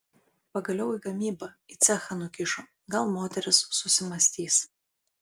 pagaliau į gamybą į cechą nukišo gal moteris susimąstys